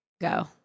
Go